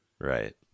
Right